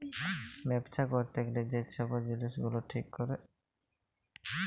ব্যবছা ক্যইরতে গ্যালে যে ছব জিলিস গুলা ঠিক ক্যরে